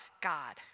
God